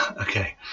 okay